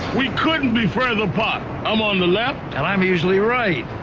we couldn't be further apart. i'm on the left. and i'm usually right.